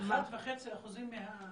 המסמך --- 1.5% מה-?